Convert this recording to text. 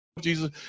Jesus